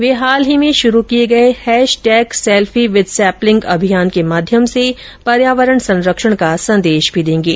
वे हाल में शुरू किए गए हैशटैग सेल्फी विद सेपलिंग अभियान के माध्यंम से पर्यावरण संरक्षण का संदेश भी देंगे